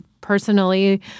personally